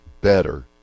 better